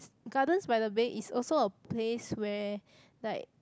Gardens-by-the-Bay is also a place where like